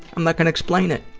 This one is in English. i'm not gonna explain it!